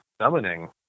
summoning